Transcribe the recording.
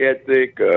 ethic